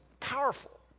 powerful